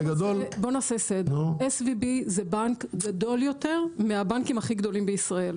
בוא נעשה סדר: SVB זה בנק גדול יותר מהבנקים הכי גדולים בישראל.